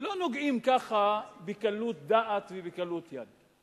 לא נוגעים ככה בקלות דעת ובקלות יד.